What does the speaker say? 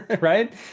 right